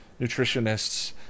nutritionists